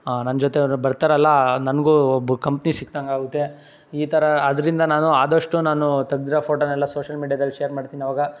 ನನ್ನ ಜೊತೆ ಅವ್ರು ಬರ್ತಾರಲ್ಲ ನನಗೂ ಒಬ್ಬ ಕಂಪ್ನಿ ಸಿಕ್ಕಿದಂಗಾಗುತ್ತೆ ಈ ಥರ ಆದ್ದರಿಂದ ನಾನು ಆದಷ್ಟು ನಾನು ತೆಗ್ದಿರೋ ಫೋಟೋನೆಲ್ಲ ಸೋಷಲ್ ಮೀಡ್ಯಾದಲ್ಲಿ ಶೇರ್ ಮಾಡ್ತೀನಿ ಅವಾಗ